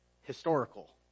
historical